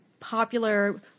popular